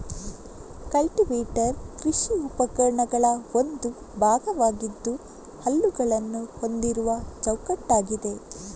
cultivator ಕೃಷಿ ಉಪಕರಣಗಳ ಒಂದು ಭಾಗವಾಗಿದ್ದು ಹಲ್ಲುಗಳನ್ನ ಹೊಂದಿರುವ ಚೌಕಟ್ಟಾಗಿದೆ